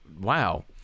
wow